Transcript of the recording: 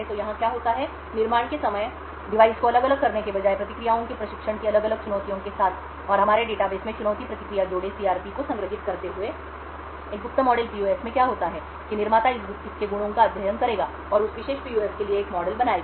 तो यहाँ क्या होता है निर्माण के समय डिवाइस को अलग अलग करने के बजाय प्रतिक्रियाओं के प्रशिक्षण की अलग अलग चुनौतियों के साथ और हमारे डेटाबेस में चुनौती प्रतिक्रिया जोड़े को संग्रहीत करते हुए एक गुप्त मॉडल पीयूएफ में क्या होता है कि निर्माता इस के गुणों का अध्ययन करेगा और उस विशेष PUF के लिए एक मॉडल बनाएँगा